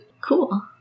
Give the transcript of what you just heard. Cool